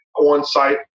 on-site